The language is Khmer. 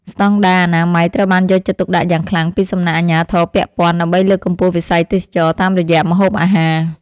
ស្តង់ដារអនាម័យត្រូវបានយកចិត្តទុកដាក់យ៉ាងខ្លាំងពីសំណាក់អាជ្ញាធរពាក់ព័ន្ធ ដើម្បីលើកកម្ពស់វិស័យទេសចរណ៍តាមរយៈម្ហូបអាហារ។